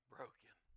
Broken